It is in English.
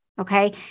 Okay